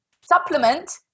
supplement